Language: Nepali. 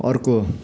अर्को